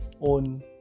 own